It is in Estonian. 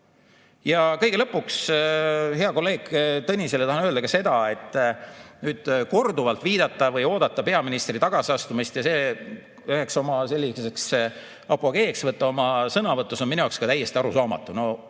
kõige lõpuks, hea kolleeg Tõnisele tahan öelda ka seda, et korduvalt viidata või oodata peaministri tagasiastumist ja see üheks oma apogeeks võtta oma sõnavõtus on minu jaoks täiesti arusaamatu. No